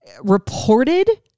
reported